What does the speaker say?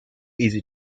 easy